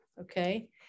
okay